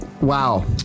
Wow